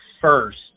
first